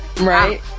Right